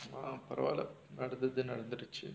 ah பரவால நடந்தது நடந்துடிச்சு:paravaala nadanthathu nadanthuduchchu